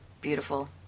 beautiful